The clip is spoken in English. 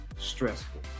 stressful